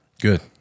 good